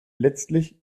letztlich